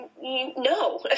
no